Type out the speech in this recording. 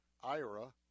Ira